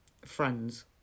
friends